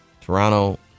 Toronto